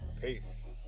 Peace